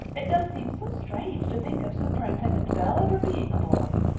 it does seem so strange to think of superintendent bell ever being a boy.